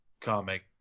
comic